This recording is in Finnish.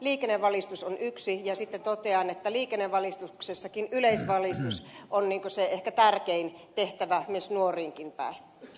liikennevalistus on yksi ja sitten totean että liikennevalistuksessakin yleisvalistus on ehkä se tärkein tehtävä myös nuoriin päin